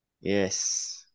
yes